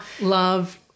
love